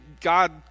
God